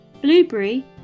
Blueberry